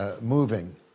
moving